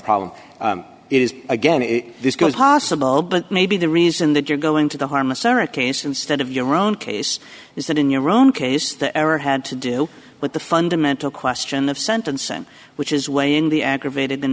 problem it is again if this goes possible but maybe the reason that you're going to the harmless error case instead of your own case is that in your own case the error had to do with the fundamental question of sentencing which is way in the aggravated th